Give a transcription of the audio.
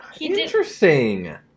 Interesting